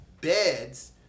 beds